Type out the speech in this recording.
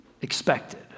expected